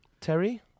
Terry